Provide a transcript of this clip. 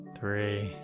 three